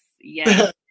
yes